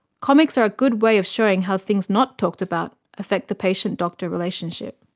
comics are good way of showing how things not talked about affect the patient-doctor relationship.